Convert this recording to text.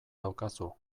daukazu